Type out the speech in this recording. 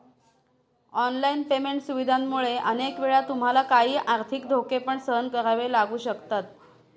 online payment सुविधांमुळे अनेक वेळा तुम्हाला काही आर्थिक धोके पण सहन करावे लागू शकतात